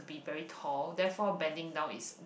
be very tall therefore bending down is